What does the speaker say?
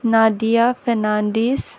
Nadia Fernandes